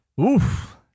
Oof